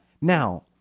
Now